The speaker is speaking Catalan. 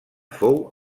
fou